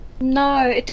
No